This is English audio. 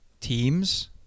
teams